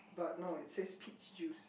but no it says peach juice